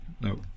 no